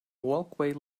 walkway